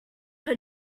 her